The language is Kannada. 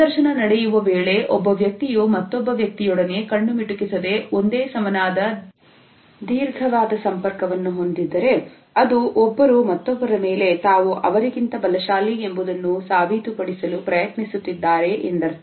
ಸಂದರ್ಶನ ನಡೆಯುವ ವೇಳೆ ಒಬ್ಬ ವ್ಯಕ್ತಿಯು ಮತ್ತೊಬ್ಬ ವ್ಯಕ್ತಿಯೊಡನೆ ಕಣ್ಣು ಮಿಟುಕಿಸದೆ ಒಂದೇ ಸಮನಾದ ದೀರ್ಘಾಕ್ಷರ ಸಂಪರ್ಕವನ್ನು ಹೊಂದಿದ್ದರೆ ಅದು ಒಬ್ಬರು ಮತ್ತೊಬ್ಬರ ಮೇಲೆ ತಾವು ಅವರಿಗಿಂತ ಬಲಶಾಲಿ ಎಂಬುದನ್ನು ಸಾಬೀತುಪಡಿಸಲು ಪ್ರಯತ್ನಿಸುತ್ತಿದ್ದಾರೆ ಎಂದರ್ಥ